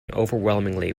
overwhelmingly